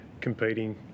competing